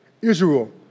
Israel